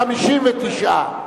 59,